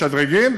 משדרגים,